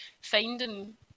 finding